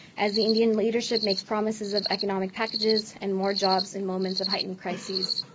as the indian leadership makes promises of economic packages and more jobs in moments of heightened crises.